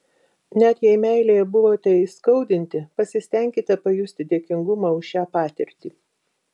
net jei meilėje buvote įskaudinti pasistenkite pajusti dėkingumą už šią patirtį